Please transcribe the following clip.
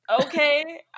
Okay